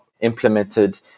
implemented